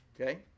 Okay